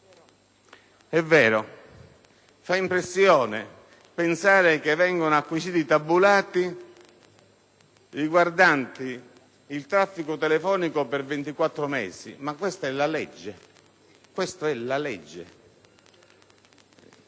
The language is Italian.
È vero che fa impressione pensare che vengano acquisiti i tabulati riguardanti il traffico telefonico per 24 mesi. Questa, però, è la legge.